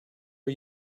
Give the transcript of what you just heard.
are